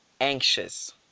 anxious